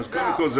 קודם כל,